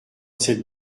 cette